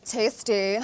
Tasty